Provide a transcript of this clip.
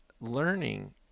learning